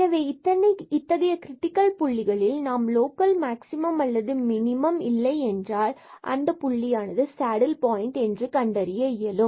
எனவே இத்தகைய கிரிட்டிக்கல் புள்ளிகளில் நாம் லோக்கல் மேக்ஸிமம் அல்லது மினிமம் இல்லை என்றால் அந்த புள்ளியானது சேடில் பாயின்ட் என்று கண்டறிய இயலும்